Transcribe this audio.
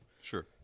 Sure